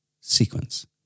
sequence